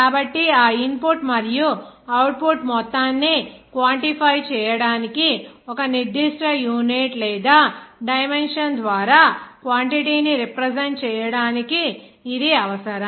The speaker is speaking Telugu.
కాబట్టి ఆ ఇన్పుట్ మరియు అవుట్పుట్ మొత్తాన్ని క్వాన్టిఫై చేయటానికి ఒక నిర్దిష్ట యూనిట్ లేదా డైమెన్షన్ ద్వారా క్వాంటిటీ ని రిప్రజెంట్ చేయటానికి ఇది అవసరం